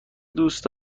دوست